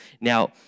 Now